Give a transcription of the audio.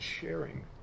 sharing